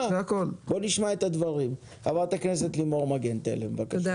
חברת הכנסת לימור מגן תלם, בבקשה.